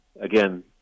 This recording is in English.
again